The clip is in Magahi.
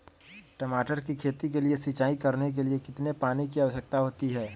टमाटर की खेती के लिए सिंचाई करने के लिए कितने पानी की आवश्यकता होती है?